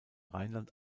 rheinland